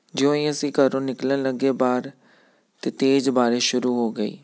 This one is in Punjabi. ਜਿਉਂ ਹੀ ਅਸੀਂ ਘਰੋਂ ਨਿਕਲਣ ਲੱਗੇ ਬਾਹਰ ਤਾਂ ਤੇਜ਼ ਬਾਰਿਸ਼ ਸ਼ੁਰੂ ਹੋ ਗਈ